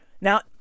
Now